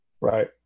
Right